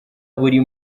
buri